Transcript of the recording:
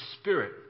spirit